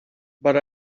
but